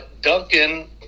Duncan